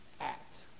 act